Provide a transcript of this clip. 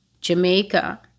Jamaica